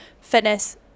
fitness